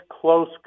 close